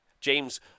James